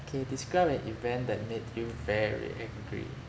K describe an event that made you very angry